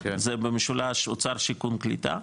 זה במשולש אוצר-שיכון-קליטה,